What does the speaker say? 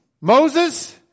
Moses